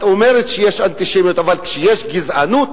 את אומרת שיש אנטישמיות, אבל כשיש גזענות,